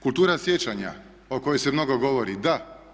Kultura sjećanja o kojoj se mnogo govori, da.